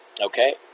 Okay